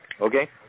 Okay